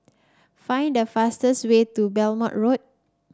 find the fastest way to Belmont Road